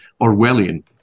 Orwellian